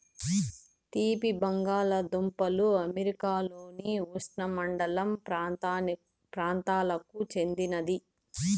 తీపి బంగాలదుంపలు అమెరికాలోని ఉష్ణమండల ప్రాంతాలకు చెందినది